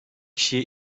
kişiye